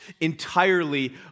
entirely